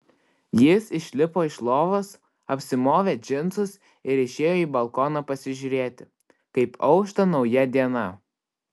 jis išlipo iš lovos apsimovė džinsus ir išėjo į balkoną pasižiūrėti kaip aušta nauja diena